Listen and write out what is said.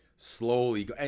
Slowly